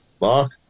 Mark